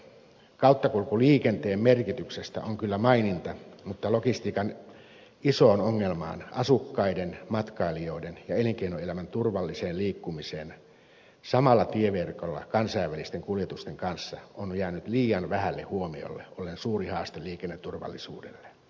kauttakulkuliikenteen merkityksestä on kyllä maininta mutta logistiikan iso ongelma asukkaiden matkailijoiden ja elinkeinoelämän turvallinen liikkuminen samalla tieverkolla kansainvälisten kuljetusten kanssa on jäänyt liian vähälle huomiolle ja se on suuri haaste liikenneturvallisuudelle